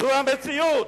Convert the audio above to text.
זו המציאות.